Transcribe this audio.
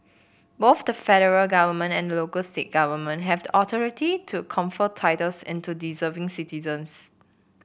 both the federal government and the local state government have the authority to confer titles into deserving citizens